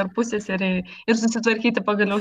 ar pusseserei ir susitvarkyti pagaliau